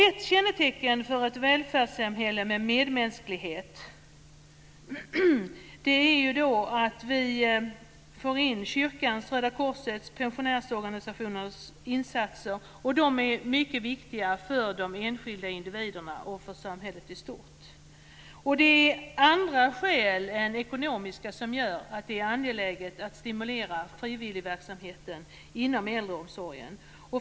Ett kännetecken för ett välfärdssamhälle med medmänsklighet är att det kommer in insatser från kyrkan, Röda korset och pensionärsorganisationer. De är mycket viktiga för de enskilda individerna och för samhället i stort. Det är andra skäl än ekonomiska som gör det angeläget att stimulera frivilligverksamheten inom äldreomsorgen.